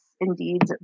indeed